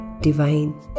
divine